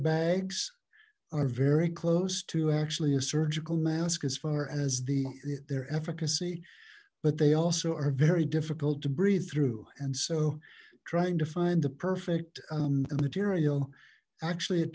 bags are very close to actually a surgical mask as far as the their efficacy but they also are very difficult to breathe through and so trying to find the perfect material actually it